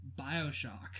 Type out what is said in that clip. Bioshock